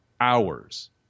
hours